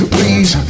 Please